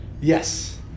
Yes